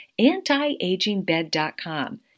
Antiagingbed.com